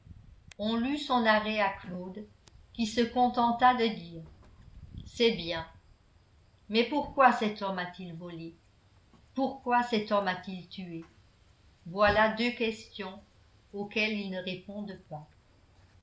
on lut son arrêt à claude qui se contenta de dire c'est bien mais pourquoi cet homme a-t-il volé pourquoi cet homme a-t-il tué voilà deux questions auxquelles ils ne répondent pas